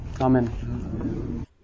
amen